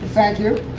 thank you.